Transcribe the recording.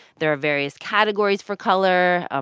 there are various categories for color. ah